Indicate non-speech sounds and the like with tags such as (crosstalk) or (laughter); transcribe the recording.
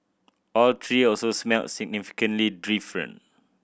all three also smelled significantly (unintelligible)